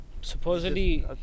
Supposedly